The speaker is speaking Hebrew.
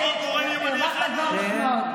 הוא הגורם הימני היחיד בממשלה.